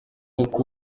uko